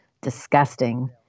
Disgusting